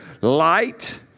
light